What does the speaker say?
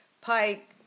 Pike